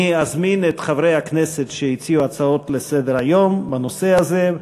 אני אזמין את חברי הכנסת שהציעו הצעות לסדר-היום בנושא הזה.